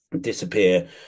disappear